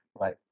right